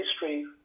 history